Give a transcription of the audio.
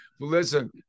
Listen